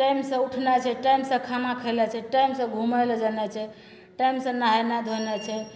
टाइमसे उठनाइ छै टाइमसे खाना खाइ ले छै टाइमसे घुमै ले जेनाइ छै टाइमसे नहेनाइ धोनाइ छै